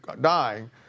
dying